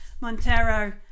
Montero